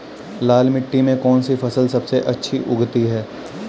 लाल मिट्टी में कौन सी फसल सबसे अच्छी उगती है?